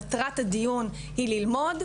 מטרת הדיון היא ללמוד,